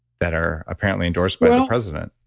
that are apparently endorsed by the president